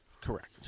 Correct